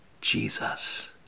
Jesus